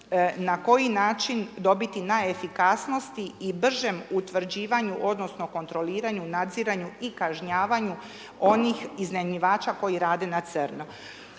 na koji način dobiti na efikasnosti i bržem utvrđivanju odnosno kontroliranju, nadziranju i kažnjavanju onih iznajmljivača koji rade na crno.